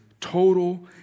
total